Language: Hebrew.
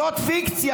זאת פיקציה,